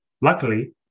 Luckily